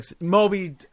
moby